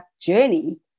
journey